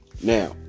now